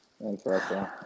Interesting